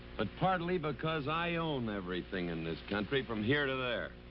but partly because i own everything in this country from here to there.